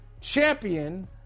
champion